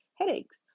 headaches